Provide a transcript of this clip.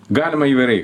galima įvairiai